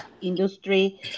industry